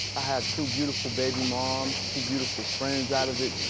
i have two beautiful baby moms. two beautiful friends out of it.